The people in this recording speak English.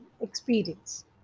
experience